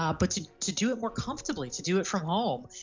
um but to to do it more comfortably, to do it from home,